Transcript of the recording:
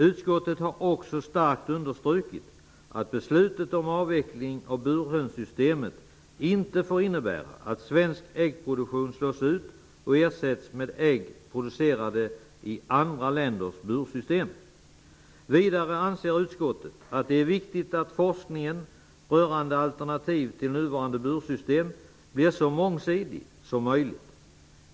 Utskottet har också starkt understrukit att beslutet om avveckling av burhönssystemet inte får innebära att svensk äggproduktion slås ut och ersätts med ägg som är producerade i andra länders bursystem. Vidare anser utskottet att det är viktigt att forskningen rörande alternativ till nuvarande bursystem blir så mångsidig som möjligt.